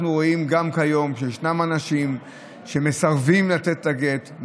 אנחנו רואים גם כיום שישנם אנשים שמסרבים לתת את הגט,